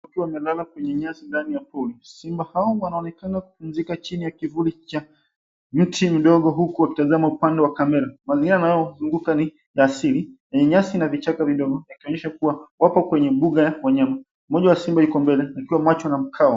...wakiwa wamelala kwenye nyasi ndani ya pori. Simba hao wanaonekana kupumzika chini ya kivuli cha mti mdogo huku wakitazama upande wa kamera. Mazingira yanayozunguka ni ya asili. Yenye nyasi na vichaka vidogo yakionyesha kuwa wapo kwenye buga ya wanyama. Mmoja wa simba yuko mbele akiwa macho na mkeo.